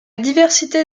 diversité